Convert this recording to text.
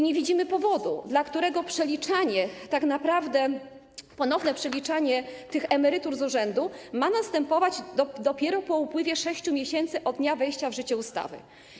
Nie widzimy powodu, dla którego tak naprawdę ponowne przeliczanie tych emerytur z urzędu ma następować dopiero po upływie 6 miesięcy od dnia wejścia w życie ustawy.